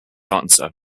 answer